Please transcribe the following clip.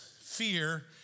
fear